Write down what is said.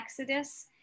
Exodus